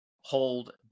hold